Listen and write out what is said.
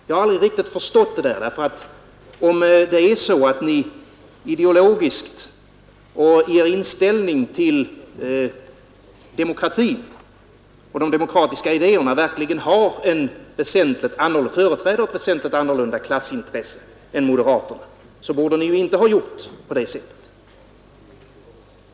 Jag har aldrig riktigt förstått det; om det är så att ni när det gäller demokratin och de demokratiska idéerna verkligen företräder ett väsentligt annorlunda klassintresse än moderaterna, så borde ni ju inte ha gjort på det sättet.